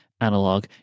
analog